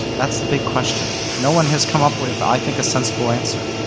that's the big question. no one has come up with i think a sensible answer.